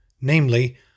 namely